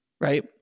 Right